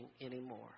anymore